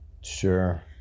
Sure